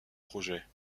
projets